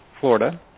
Florida